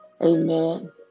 Amen